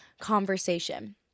conversation